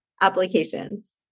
applications